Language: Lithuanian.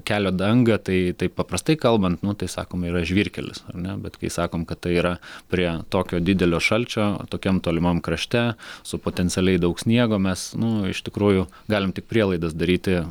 kelio dangą tai taip paprastai kalbant nu tai sakom yra žvyrkelis ar ne bet kai sakom kad tai yra prie tokio didelio šalčio tokiam tolimam krašte su potencialiai daug sniego mes nu iš tikrųjų galim tik prielaidas daryti